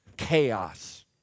chaos